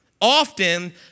often